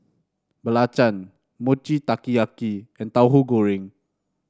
Belacan Mochi Taiyaki and Tahu Goreng